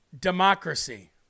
democracy